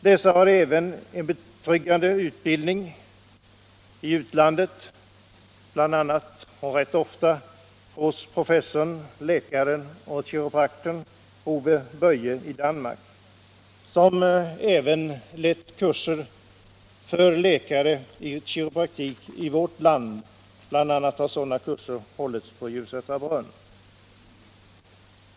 Dessa har även en betryggande utbildning oftast efter studier i utlandet, många av dem bl.a. hos professorn, läkaren och kiropraktorn Ove Böje i Danmark, som även lett kurser för läkare i kiropraktik i vårt land. Sådana kurser har bl.a. hållits på Djursätra Brunn.